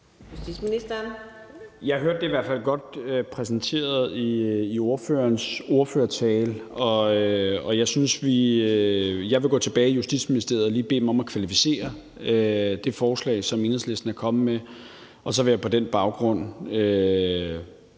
Jeg hørte det i hvert fald godt præsenteret i ordførerens ordførertale. Jeg vil gå tilbage i Justitsministeriet og lige bede dem om at kvalificere det forslag, som Enhedslisten er kommet med, og så vil jeg på den baggrund